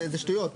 זה שטויות,